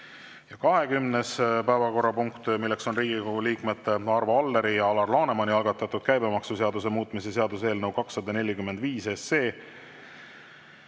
ava. 20. päevakorrapunkt, Riigikogu liikmete Arvo Alleri ja Alar Lanemani algatatud käibemaksuseaduse muutmise seaduse eelnõu 245.